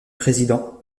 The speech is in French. président